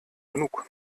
genug